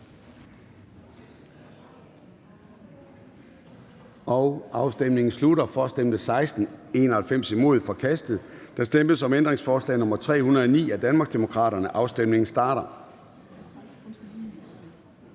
(KF). Ændringsforslaget er forkastet. Der stemmes om ændringsforslag nr. 336 af Danmarksdemokraterne. Afstemningen starter.